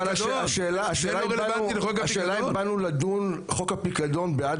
אבל השאלה אם באנו לדון חוק הפיקדון בעד